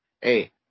Hey